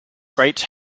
great